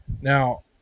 Now